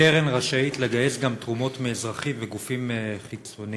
הקרן גם רשאית לגייס תרומות מאזרחים ומגופים חיצוניים,